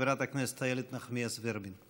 חברת הכנסת איילת נחמיאס ורבין.